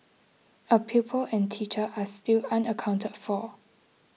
a pupil and teacher are still unaccounted for